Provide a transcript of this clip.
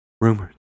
Rumors